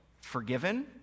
forgiven